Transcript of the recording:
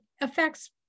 affects